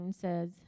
says